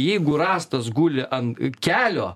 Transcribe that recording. jeigu rąstas guli an kelio